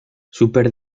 super